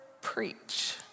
preach